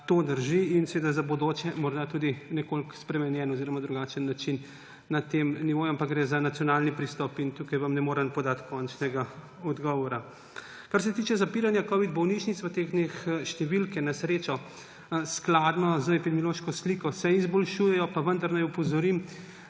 to drži in v bodoče bo morda tudi nekoliko spremenjen oziroma drugačen način na tem nivoju. Ampak gre za nacionalni pristop in tukaj vam ne morem podati končnega odgovora. Kar se tiče zapiranja covid bolnišnic v teh dneh, številke se na srečo skladno z epidemiološko sliko izboljšujejo, pa vendar naj opozorim,